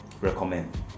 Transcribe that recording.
recommend